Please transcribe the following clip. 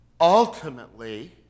ultimately